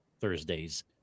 Thursdays